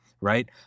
right